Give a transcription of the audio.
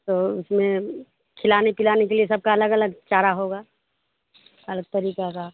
تو اس میں کھلانے پلانے کے لیے سب کا الگ الگ چارہ ہوگا الگ طریقہ کا